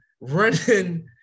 running